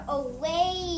away